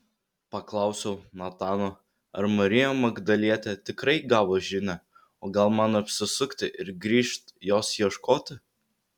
paklausiau natano ar marija magdalietė tikrai gavo žinią o gal man apsisukti ir grįžt jos ieškoti